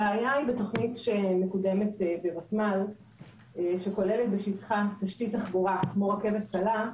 הבעיה בתוכנית שמקודמת בוותמ"ל שכוללת בשטחה תשתית תחבורה כמו רכבת קלה,